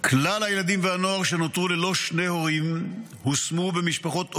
כלל הילדים והנוער שנותרו ללא שני הורים הושמו במשפחות אומנה.